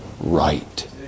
right